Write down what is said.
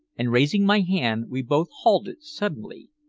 and raising my hand we both halted suddenly.